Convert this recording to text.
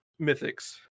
Mythics